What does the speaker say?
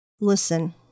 Listen